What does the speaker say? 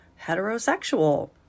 heterosexual